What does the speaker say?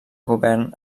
govern